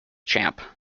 champ